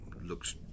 looks